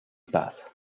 passe